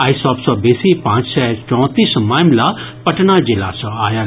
आइ सभ सँ बेसी पांच सय चौंतीस मामिला पटना जिला सँ आयल